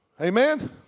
Amen